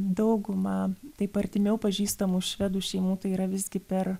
dauguma taip artimiau pažįstamų švedų šeimų tai yra visgi per